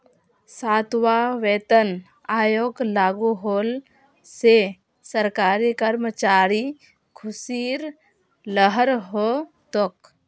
सातवां वेतन आयोग लागू होल से सरकारी कर्मचारिर ख़ुशीर लहर हो तोक